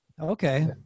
Okay